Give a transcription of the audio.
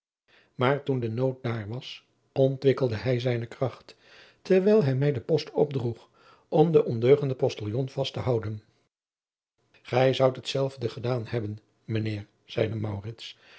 aar toen de nood daar was ontwikkelde hij zijne kracht terwijl hij mij den post opdroeg om den ondeugenden ostiljon vast te houden ij zoudt hetzelfde gedaan hebben mijn eer zeide